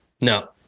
no